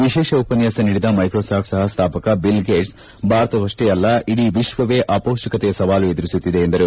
ವಿಶೇಷ ಉಪನ್ಯಾಸ ನೀಡಿದ ಮೈಕ್ರೋ ಸಾಫ್ಟ್ ಸಹ ಸ್ಮಾಪಕ ಬಿಲ್ ಗೇಟ್ಸ್ ಭಾರತವಷ್ಟೇ ಅಲ್ಲ ಇಡೀ ವಿಶ್ವವೇ ಅಪೌಷ್ಷಿಕತೆಯ ಸವಾಲು ಎದುರಿಸುತ್ತಿದೆ ಎಂದರು